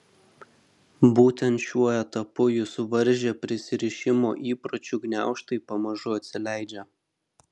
būtent šiuo etapu jus varžę prisirišimo įpročių gniaužtai pamažu atsileidžia